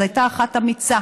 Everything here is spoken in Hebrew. אז הייתה אחת אמיצה